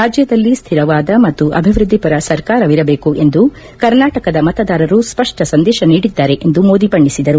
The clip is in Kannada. ರಾಜ್ಯದಲ್ಲಿ ಸ್ಟಿರವಾದ ಮತ್ತು ಅಭಿವೃದ್ವಿಪರ ಸರ್ಕಾರವಿರಬೇಕು ಎಂದು ಕರ್ನಾಟಕದ ಮತದಾರರು ಸ್ವಪ್ಪ ಸಂದೇಶ ನೀಡಿದ್ದಾರೆ ಎಂದು ಮೋದಿ ಬಣ್ಣಿಸಿದರು